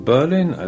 Berlin